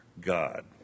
God